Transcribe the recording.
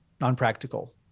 non-practical